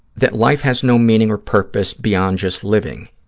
that life has no meaning or purpose beyond just living.